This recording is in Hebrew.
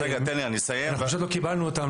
אנחנו פשוט לא קיבלנו אותן,